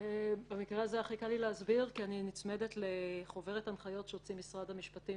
אני נצמדת לחוברת הנחיות שהוציא משרד המשפטים